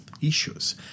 issues